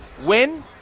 win